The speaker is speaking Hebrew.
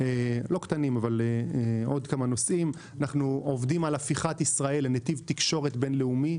אנחנו עובדים על הפיכת ישראל לנתיב תקשורת בין-לאומי.